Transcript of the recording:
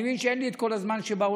אני מבין שאין לי את כל הזמן שבעולם.